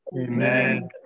amen